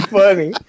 funny